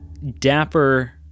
Dapper